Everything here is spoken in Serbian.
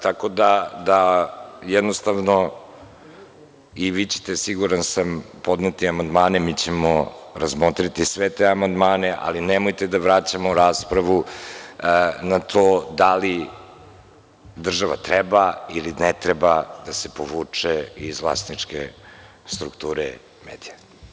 Tako da jednostavno i vi ćete siguran sam podneti amandmane i mi ćemo sve te amandmane razmotriti, ali nemojte da vraćamo raspravu na to da li država treba ili ne treba da se povuče iz vlasničke strukture medija.